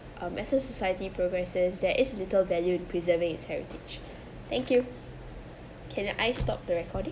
a massive society progresses there is little value in preserving its heritage thank you can I stop the recording